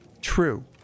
true